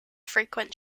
frequent